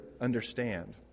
understand